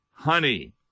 honey